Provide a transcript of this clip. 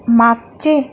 मागचे